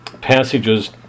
passages